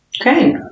Okay